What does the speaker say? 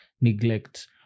neglect